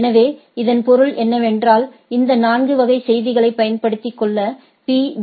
எனவே இதன் பொருள் என்னவென்றால் இந்த 4 வகை செய்திகளைப் பயன்படுத்தி கொள்ள பி